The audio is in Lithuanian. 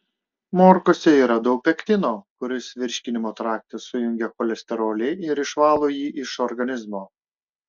morkose yra daug pektino kuris virškinimo trakte sujungia cholesterolį ir išvalo jį iš organizmo